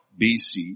BC